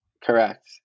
Correct